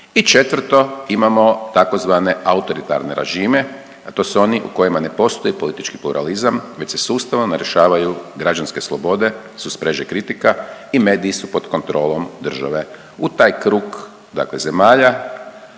I četvrto imamo tzv. autoritarne režime, a to su oni u kojima ne postoji politički pluralizam već se sustavno narušavaju građanske slobode, suspreže kritika i mediji su pod kontrolom države. U taj krug dakle zemalja